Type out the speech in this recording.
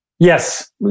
Yes